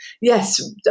yes